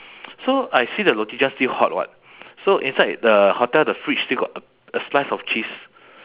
so I see the roti john still hot [what] so inside the hotel the fridge still got a a slice of cheese